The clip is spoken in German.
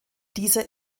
dieser